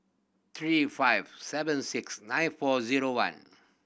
three five seven six nine four zero one